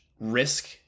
risk